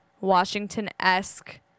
Washington-esque